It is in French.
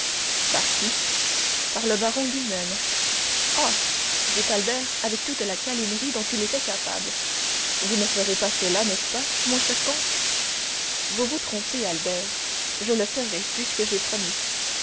par qui par le baron lui-même oh dit albert avec toute la câlinerie dont il était capable vous ne ferez pas cela n'est-ce pas mon cher comte vous vous trompez albert je le ferai puisque j'ai promis